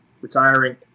retiring